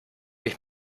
ich